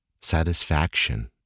satisfaction